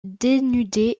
dénudés